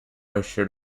assured